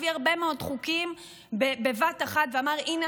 הביא הרבה מאוד חוקים בבת אחת ואמר: הינה